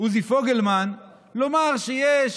עוזי פוגלמן, לומר שיש